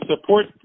Support